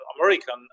American